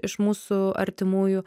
iš mūsų artimųjų